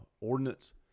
ordinance